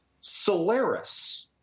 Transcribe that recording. Solaris